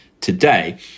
today